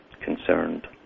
concerned